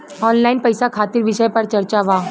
Online पैसा खातिर विषय पर चर्चा वा?